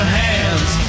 hands